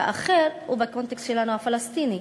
והאחר הוא בקונטקסט שלנו הפלסטיני.